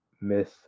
miss